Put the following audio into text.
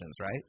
right